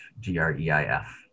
g-r-e-i-f